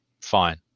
fine